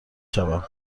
شوم